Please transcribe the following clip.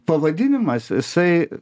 pavadinimas jisai